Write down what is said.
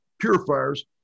purifiers